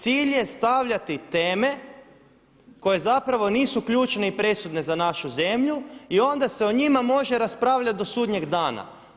Cilj je stavljati teme koje zapravo nisu ključne i presudne za našu zemlju i onda se o njima može raspravljati do sudnjeg dana.